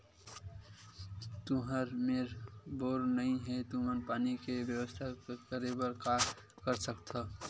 तुहर मेर बोर नइ हे तुमन पानी के बेवस्था करेबर का कर सकथव?